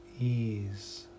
Ease